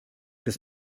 des